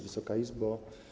Wysoka Izbo!